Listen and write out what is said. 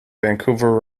vancouver